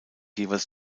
jeweils